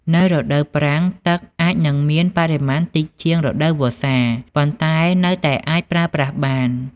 នៅរដូវប្រាំង ទឹកអាចនឹងមានបរិមាណតិចជាងរដូវវស្សា ប៉ុន្តែនៅតែអាចប្រើប្រាស់បាន។